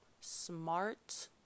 SMART